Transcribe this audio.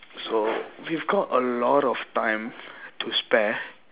so we've got a lot of time to spare